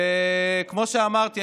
כמו שאמרתי,